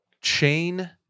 chain